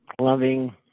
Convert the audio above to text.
loving